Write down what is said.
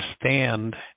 stand